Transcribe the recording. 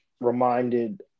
reminded